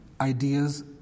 ideas